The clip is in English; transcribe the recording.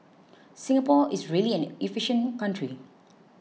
Singapore is really an efficient country